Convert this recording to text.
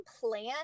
plan